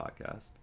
podcast